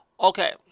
Okay